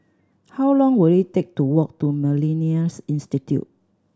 how long will it take to walk to Millennia Institute